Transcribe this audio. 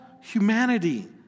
humanity